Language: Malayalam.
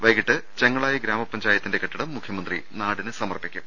വൈകീട്ട് ചെങ്ങളായി ഗ്രാമപഞ്ചായത്തിന്റെ കെട്ടിടം മുഖ്യമന്ത്രി നാടിന് സമർപ്പിക്കും